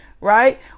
right